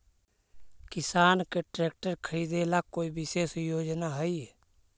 किसान के ट्रैक्टर खरीदे ला कोई विशेष योजना हई?